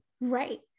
Right